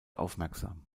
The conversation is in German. aufmerksam